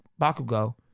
Bakugo